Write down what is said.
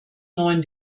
neuen